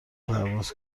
پرواز